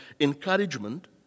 encouragement